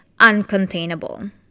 uncontainable